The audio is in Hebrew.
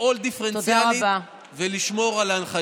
לפעול דיפרנציאלית ולשמור על ההנחיות.